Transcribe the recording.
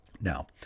Now